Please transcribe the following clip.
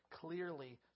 clearly